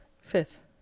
Fifth